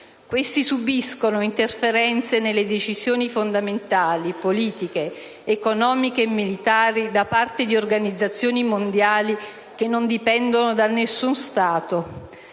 Questi subiscono interferenze nelle decisioni fondamentali, politiche, economiche e militari da parte di organizzazioni mondiali che non dipendono da nessuno Stato.